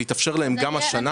זה יתאפשר להם גם השנה.